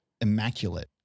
immaculate